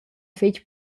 fetg